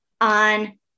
on